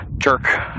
jerk